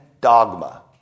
dogma